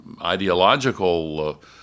ideological